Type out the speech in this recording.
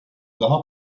daha